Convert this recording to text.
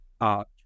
art